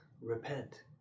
repent